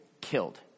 killed